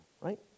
right